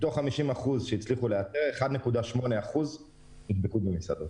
מתוך 50% שהצליחו לאתר, 1.8% נדבקו במסעדות.